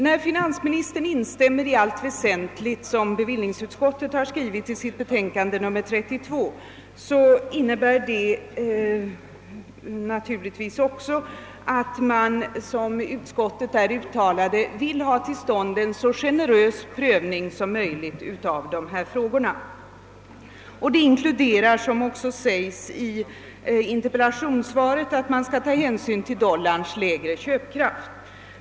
När finansministern i allt väsentligt instämmer i vad bevillningsutskottet har skrivit i sitt betänkande nr 32 innebär det naturligtvis också att han, som utskottet uttalat, vill ha till stånd en så generös prövning som möjligt av dessa frågor, och det inkluderar, som också sägs i interpellationssvaret, att man skall ta hänsyn till dollarns lägre köpkraft.